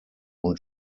und